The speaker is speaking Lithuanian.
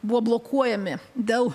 buvo blokuojami dėl